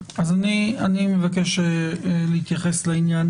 אני מבקש להתייחס לעניין.